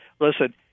listen